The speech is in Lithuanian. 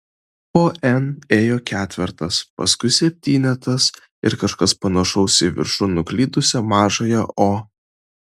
po n ėjo ketvertas paskui septynetas ir kažkas panašaus į viršun nuklydusią mažąją o